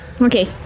Okay